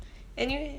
anyway